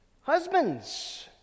husbands